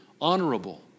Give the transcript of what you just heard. honorable